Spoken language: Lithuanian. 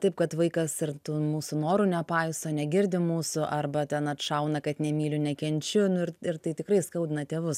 taip kad vaikas ir mūsų norų nepaiso negirdi mūsų arba ten atšauna kad nemyliu nekenčiu nu ir ir tai tikrai skaudina tėvus